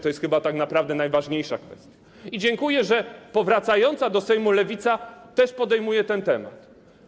To jest chyba tak naprawdę najważniejsza kwestia i dziękuję, że powracająca do Sejmu Lewica też podejmuje ten temat.